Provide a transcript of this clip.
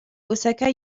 osaka